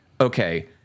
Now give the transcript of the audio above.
Okay